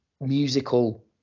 musical